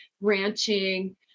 ranching